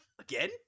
again